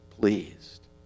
pleased